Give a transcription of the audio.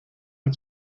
mal